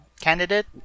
candidate